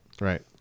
Right